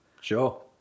Sure